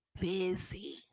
busy